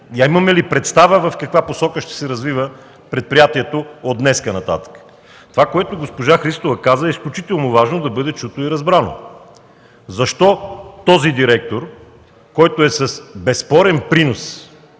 имаме ли представа в каква посока ще се развива предприятието от днес нататък? Това, което каза госпожа Христова, е изключително важно да бъде чуто и разбрано. Защо този директор, който е с безспорен принос